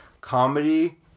comedy